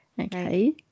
okay